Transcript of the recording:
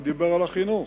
הוא דיבר על החינוך.